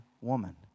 woman